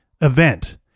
event